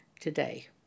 today